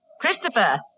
Christopher